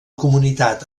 comunitat